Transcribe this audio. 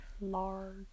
Large